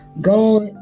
God